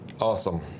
awesome